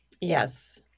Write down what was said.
Yes